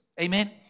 Amen